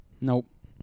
Nope